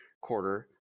quarter